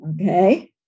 Okay